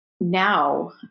now